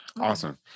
Awesome